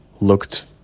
looked